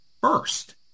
first